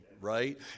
right